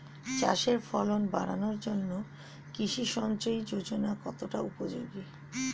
চাষের ফলন বাড়ানোর জন্য কৃষি সিঞ্চয়ী যোজনা কতটা উপযোগী?